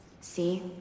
see